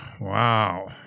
Wow